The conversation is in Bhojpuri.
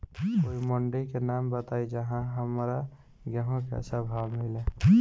कोई मंडी के नाम बताई जहां हमरा गेहूं के अच्छा भाव मिले?